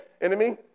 enemy